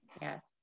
yes